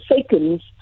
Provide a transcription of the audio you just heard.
seconds